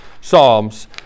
psalms